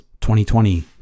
2020